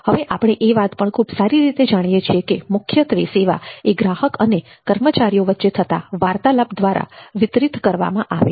હવે આપણે એ વાત પણ ખૂબ સારી રીતે જાણીએ છીએ કે મુખ્યત્વે સેવા એ ગ્રાહક અને કર્મચારીઓ વચ્ચે થતા વાર્તાલાપ દ્વારા વિતરિત કરવામાં આવે છે